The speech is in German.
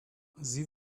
sie